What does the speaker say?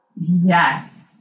yes